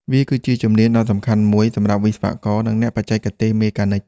វាគឺជាជំនាញដ៏សំខាន់មួយសម្រាប់វិស្វករ និងអ្នកបច្ចេកទេសមេកានិច។